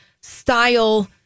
style